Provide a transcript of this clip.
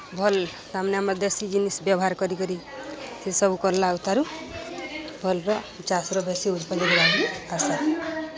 ଭଲ୍ ତାମାନେ ଆମର୍ ଦେଶୀ ଜିନିଷ୍ ବ୍ୟବହାର କରିକିରି ସେସବୁ କର୍ଲାଠାରୁ ଭଲ୍ର ଚାଷ୍ର ବେଶୀ ଉତ୍ପାଦନ